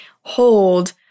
hold